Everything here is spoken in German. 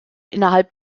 innerhalb